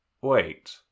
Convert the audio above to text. Wait